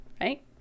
right